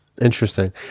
interesting